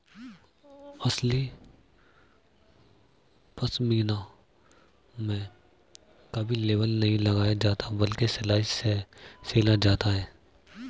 असली पश्मीना में कभी लेबल नहीं लगाया जाता बल्कि सिलाई से सिला जाता है